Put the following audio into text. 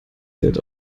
geld